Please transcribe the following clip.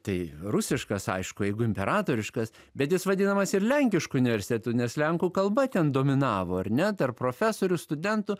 tai rusiškas aišku jeigu imperatoriškas bet jis vadinamas ir lenkišku universitetu nes lenkų kalba ten dominavo ar ne tarp profesorių studentų